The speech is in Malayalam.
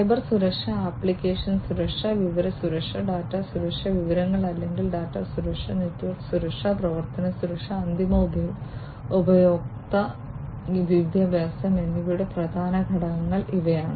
സൈബർ സുരക്ഷ ആപ്ലിക്കേഷൻ സുരക്ഷ വിവര സുരക്ഷ ഡാറ്റ സുരക്ഷ വിവരങ്ങൾ അല്ലെങ്കിൽ ഡാറ്റ സുരക്ഷ നെറ്റ്വർക്ക് സുരക്ഷ പ്രവർത്തന സുരക്ഷ അന്തിമ ഉപയോക്തൃ വിദ്യാഭ്യാസം എന്നിവയുടെ പ്രധാന ഘടകങ്ങൾ ഇവയാണ്